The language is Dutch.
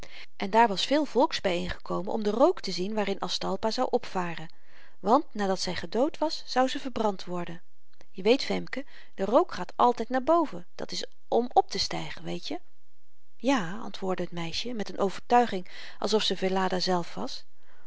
en daar was veel volks byeen gekomen om den rook te zien waarin aztalpa zou opvaren want nadat zy gedood was zou ze verbrand worden je weet femke de rook gaat altyd naar boven dat is om optestygen weetje ja antwoordde t meisje met n overtuiging als of ze velleda zelf was